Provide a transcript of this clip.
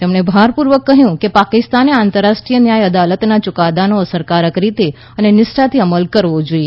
તેમણે ભારપૂર્વક કહ્યું કે પાકિસ્તાને આંતરરાષ્ટ્રીય ન્યાય અદાલતના યુકાદાનો અસરકારક રીતે અને નીષ્ઠાથી અમલ કરવો જોઈએ